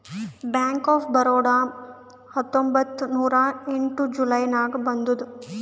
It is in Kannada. ಬ್ಯಾಂಕ್ ಆಫ್ ಬರೋಡಾ ಹತ್ತೊಂಬತ್ತ್ ನೂರಾ ಎಂಟ ಜುಲೈ ನಾಗ್ ಬಂದುದ್